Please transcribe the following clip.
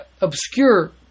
obscure